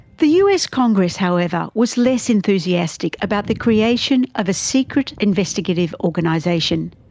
the us congress however was less enthusiastic about the creation of a secret investigative organisation.